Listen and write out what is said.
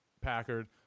Packard